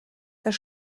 das